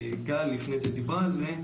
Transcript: גל דיברה על זה קודם,